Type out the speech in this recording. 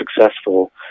successful